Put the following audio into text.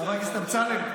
חבר הכנסת אמסלם,